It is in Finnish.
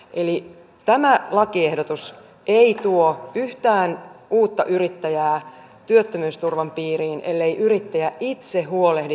eli tämä lakiehdotus ei tuo yhtään uutta yrittäjää työttömyysturvan piiriin ellei yrittäjä itse huolehdi työttömyyskassamaksuistaan